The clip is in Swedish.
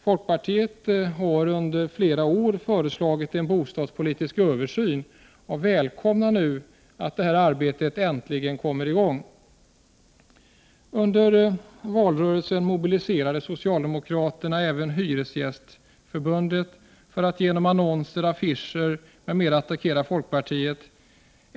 Folkpartiet har under flera år föreslagit en bostadspolitisk översyn och välkomnar nu att detta arbete äntligen kommer i gång. Under valrörelsen mobiliserade socialdemokraterna även Hyresgästernas riksförbund för att genom annonser, affischer m.m. attackera folkpartiet.